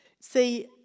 See